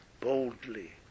boldly